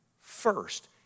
first